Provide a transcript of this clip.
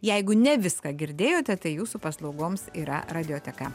jeigu ne viską girdėjote tai jūsų paslaugoms yra radioteka